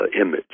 image